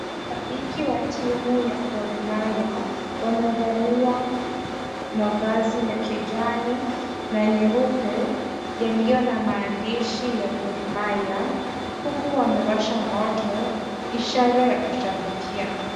Mashabiki wa timu ya Gor Mahia, wamevalia mavazi ya kijani na nyeupe, yalio na maandishi ya Gor Mahia huku wamewasha moto ishara ya kushabikia.